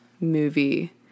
movie